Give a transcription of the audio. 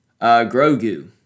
Grogu